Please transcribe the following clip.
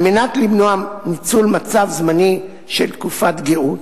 על מנת למנוע ניצול מצב זמני של תקופת גאות,